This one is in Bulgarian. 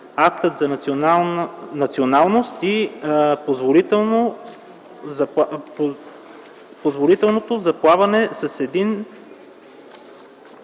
актът за националност и позволителното за плаване, с един